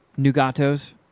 Nugatos